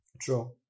True